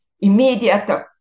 immediate